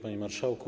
Panie Marszałku!